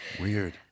Weird